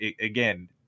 again